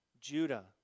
Judah